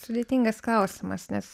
sudėtingas klausimas nes